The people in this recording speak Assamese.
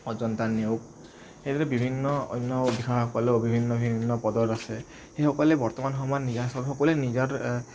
অজন্তা নেওগ সেইদৰে বিভিন্ন অন্য বিষয়াসকলেও ভিন্ন ভিন্ন পদত আছে সেইসকলে বৰ্তমান সময়ত নিজা সকলোৱে নিজা